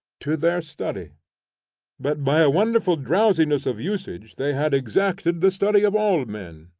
to their study but by a wonderful drowsiness of usage they had exacted the study of all men.